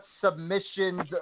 submissions